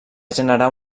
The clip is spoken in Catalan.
generar